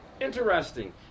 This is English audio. interesting